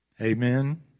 Amen